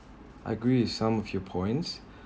I agree with some of your points